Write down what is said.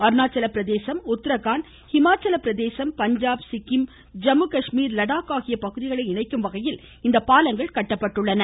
அருணாச்சல பிரதேசம் உத்தரகாண்ட் ஹிமாச்சல பிரதேசம் பஞ்சாப் சிக்கிம் ஜம்முகாஷ்மீர் லடாக் ஆகிய பகுதிகளை இணைக்கும் வகையில் இந்த பாலங்கள் கட்டப்பட்டுள்ளன